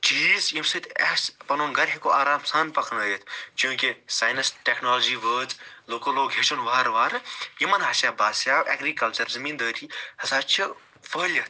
چیٖز ییٚمہِ سۭتۍ أسۍ پَنُن گھرٕ ہیٚکو آرام سان پَکنٲیِتھ چوٗنٛکہِ ساینَس ٹیٚکنالوجی وٲژ لوٗکو لوگ ہیٚچھُن وارٕ وارٕ یِمَن ہسا باسیٛاو ایٚگریٖکَلچر زٔمیٖندٲری ہسا چھِ پھٕلِتھ